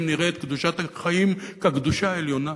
נראה את קדושת החיים כקדושה העליונה.